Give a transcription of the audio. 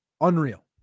Unreal